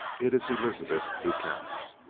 it is elizabeth who counts.